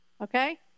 Okay